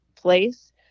place